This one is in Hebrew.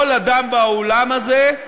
כל אדם באולם הזה,